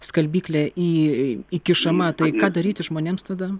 skalbyklė į įkišama tai ką daryti žmonėms tada